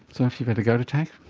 so if you've had a gout attack,